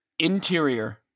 Interior